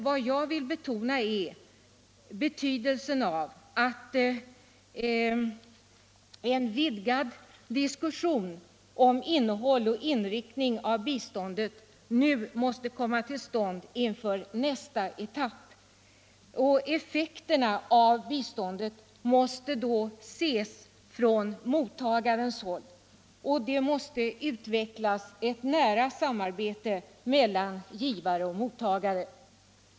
Vad jag vill betona är betydelsen av att en vidgad diskussion om innehåll och inriktning av biståndet kommer till stånd inför nästa etapp. Effekterna av biståndet måste då ses från mottagarens håll. Det måste utvecklas ett nära samarbete mellan givare och mottagare.